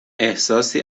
احساسی